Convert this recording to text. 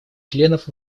членов